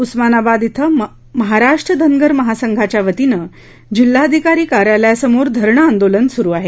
उस्मानाबाद क्षें महाराष्ट्र धनगर महासंघाच्या वतीनं जिल्हाधिकारी कार्यालयासमोर धरणं आंदोलन सुरू आहे